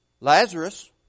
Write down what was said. Lazarus